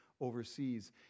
overseas